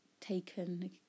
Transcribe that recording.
taken